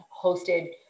hosted